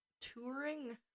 touring